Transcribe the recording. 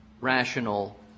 rational